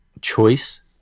choice